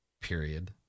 Period